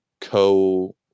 co